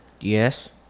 Yes